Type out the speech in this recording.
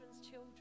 children